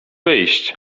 wyjść